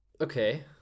okay